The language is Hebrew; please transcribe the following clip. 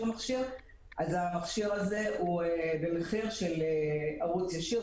מכשיר אז המכשיר הזה הוא במחיר של ערוץ ישיר,